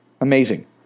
Amazing